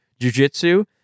jujitsu